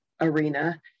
arena